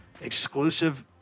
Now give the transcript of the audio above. exclusive